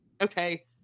okay